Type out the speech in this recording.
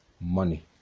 money